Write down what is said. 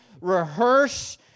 rehearse